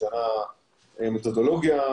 השתנתה מתודולוגיה,